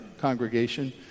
congregation